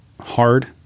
hard